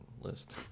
list